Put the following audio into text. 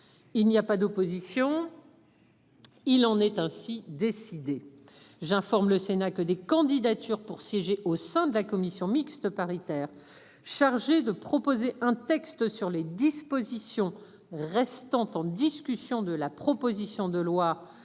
Il n'y a pas d'opposition. Il en est ainsi décidé j'informe le Sénat que des candidatures pour siéger au sein de la commission mixte paritaire chargée de proposer un texte sur les dispositions restant en discussion de la proposition de loi